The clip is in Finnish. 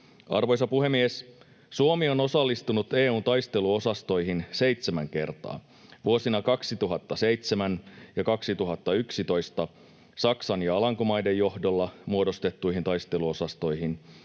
Arvoisa puhemies! Suomi on osallistunut EU:n taisteluosastoihin seitsemän kertaa: vuosina 2007 ja 2011 Saksan ja Alankomaiden johdolla muodostettuihin taisteluosastoihin,